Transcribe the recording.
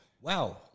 Wow